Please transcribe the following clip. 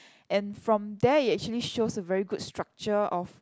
and from there it actually shows a very good structure of